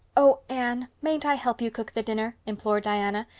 oh, anne, mayn't i help you cook the dinner? implored diana.